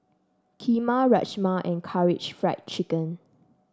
Kheema Rajma and Karaage Fried Chicken